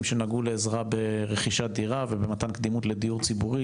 שנגעו לעזרה ברכישת דירה ובמתן קדימות לדיור ציבורי,